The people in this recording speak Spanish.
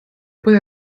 pueden